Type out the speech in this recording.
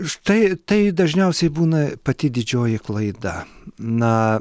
štai tai dažniausiai būna pati didžioji klaida na